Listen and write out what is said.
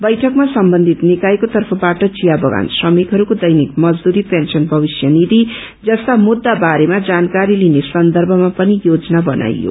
बैठकमा सम्बन्धित निकायको तर्फबाट चिया क्गान श्रमिकहरूको दैनिक मजदूरी पेन्सन भविष्य निधी कोष जस्ता मुद्दा बारेमा जानकारी लिने सन्दर्भया पनि योजना बनाइयो